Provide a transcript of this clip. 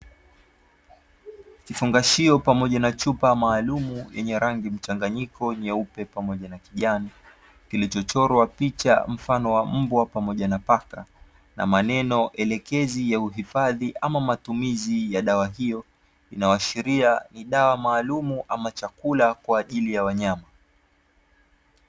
Kifungashio pamoja na chupa maalumu yenye rangi mchanganyiko nyeupe pamoja na kijani. Kilichochorwa picha mfano wa mbwa pamoja na paka, na maneno elekezi ya uhifadhi ama matumizi ya dawa hiyo, inayoashiria ni dawa maalumu ama chakula kwa ajili ya wanyama.